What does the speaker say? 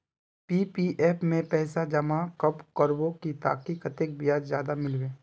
PPF में पैसा जमा कब करबो ते ताकि कतेक ब्याज ज्यादा मिलबे?